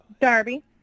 Darby